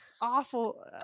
awful